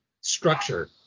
structure